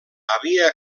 havia